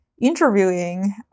interviewing